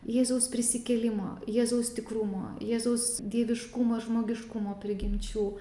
jėzaus prisikėlimo jėzus tikrumo jėzaus dieviškumo žmogiškumo prigimčių